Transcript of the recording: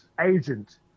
agent